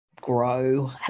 grow